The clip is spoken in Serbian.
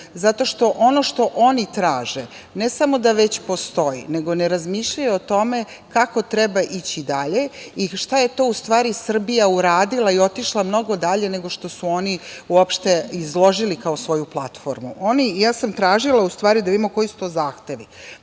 zato što ono što oni traže ne samo da već postoji, nego ne razmišljaju o tome kako treba ići dalje i šta je to Srbija uradila i otišla mnogo dalje nego što su oni uopšte izložili kao svoju platformu. Tražila sam da vidim koji su to zahtevi.